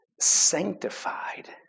sanctified